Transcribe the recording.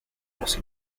los